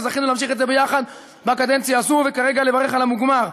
וזכינו להמשיך את זה ביחד בקדנציה הזאת וכרגע לברך על המוגמר,